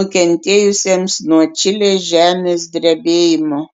nukentėjusiems nuo čilės žemės drebėjimo